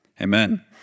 amen